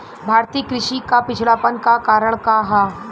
भारतीय कृषि क पिछड़ापन क कारण का ह?